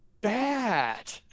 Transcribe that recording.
bad